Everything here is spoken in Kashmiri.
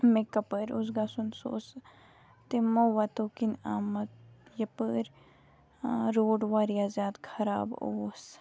مےٚ کَپٲرۍ اوس گژھُن سُہ اوس تِمو وَتو کِنۍ آمُت یَپٲرۍ روڈ واریاہ زیادٕ خراب اوس